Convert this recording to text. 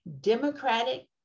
democratic